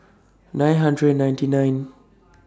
nine hundred and ninety nine